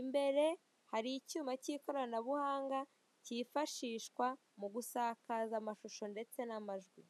imbere hari icyuma k'ikoranabuhanga kifashishwa mu gusakaza amashusho ndetse n'amajwi.